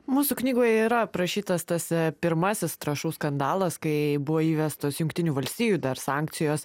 mūsų knygoje yra aprašytas tas pirmasis trąšų skandalas kai buvo įvestos jungtinių valstijų dar sankcijos